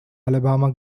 alabama